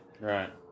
Right